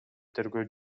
тергөө